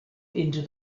into